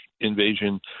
invasion